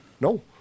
No